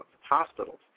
hospitals